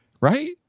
Right